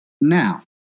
Now